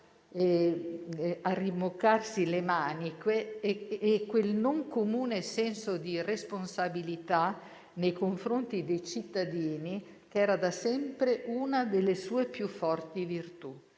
a rimboccarsi le maniche e quel non comune senso di responsabilità nei confronti dei cittadini, che era da sempre una delle sue più forti virtù.